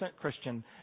Christian